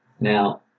Now